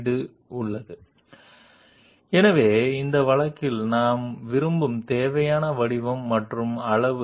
ఇది మన సౌందర్య భావాలను కూడా అందిస్తుంది అంటే ఇంజినీరింగ్ అవసరాలు కాకుండా కొంత సౌందర్య ఆకర్షణను కలిగి ఉంటుంది